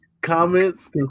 comments